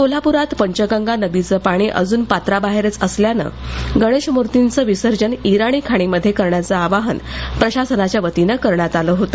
कोल्हाप्रात पंचगंगा नदीचं पाणी अजून पात्राबाहेरच असल्यानं गणेशमूर्तीचं विसर्जन इराणी खणीमध्ये करण्याचं आवाहन प्रशासनाच्या वतीनं करण्यात आलं होतं